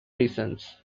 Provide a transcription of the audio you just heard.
reasons